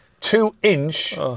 two-inch